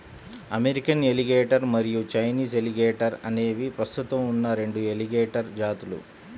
American alligator మరియు Chinese alligator అనేవి ప్రస్తుతం ఉన్న రెండు ఎలిగేటర్ జాతులు